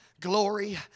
glory